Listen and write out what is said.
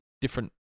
different